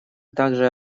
также